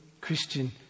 Christian